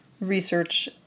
research